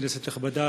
כנסת נכבדה,